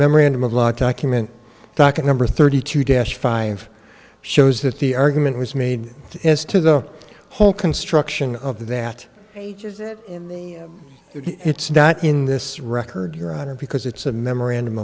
memorandum of law document docket number thirty two guest five shows that the argument was made as to the whole construction of that page is that it's not in this record your honor because it's a memorandum